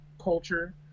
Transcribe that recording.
culture